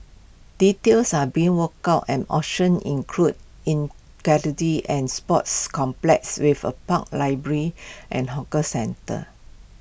details are being worked out and options include integrating and sports complex with A park library and hawker centre